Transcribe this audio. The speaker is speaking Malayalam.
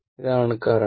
ഇതാണ് കറന്റ്